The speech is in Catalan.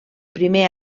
primer